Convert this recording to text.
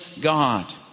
God